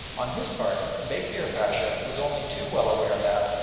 on his part bekir pacha was only too well aware that,